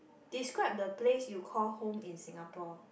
describe the place you call home in Singapore